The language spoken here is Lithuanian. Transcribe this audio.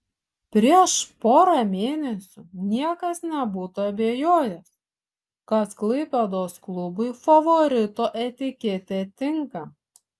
prieš porą mėnesių niekas nebūtų abejojęs kad klaipėdos klubui favorito etiketė tinka